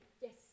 yes